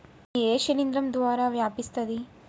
ఇది ఏ శిలింద్రం ద్వారా వ్యాపిస్తది?